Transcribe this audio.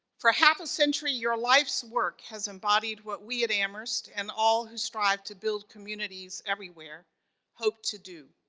for half a century your life's work has embodied what we at amherst, and all who strive to build communities everywhere hope to do.